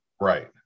Right